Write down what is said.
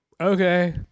okay